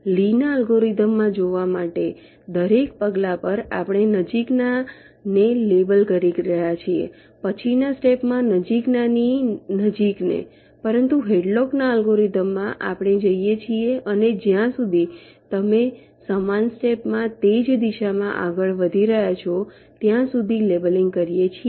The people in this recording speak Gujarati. લીના એલ્ગોરિધમમાં જોવા માટે દરેક પગલા પર આપણે નજીકના ને લેબલ કરી રહ્યા છીએ પછીના સ્ટેપ માં નજીકના ની નજીકને પરંતુ હેડલોકના અલ્ગોરિધમમાં આપણે જઈએ છીએ અને જ્યાં સુધી તમે સમાન સ્ટેપ માં તે જ દિશામાં આગળ વધી રહ્યા છો ત્યાં સુધી લેબલીંગ કરીએ છીએ